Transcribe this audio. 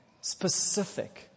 specific